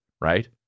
Right